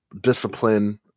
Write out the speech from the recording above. discipline